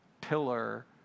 pillar